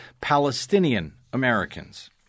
Palestinian-Americans